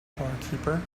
barkeeper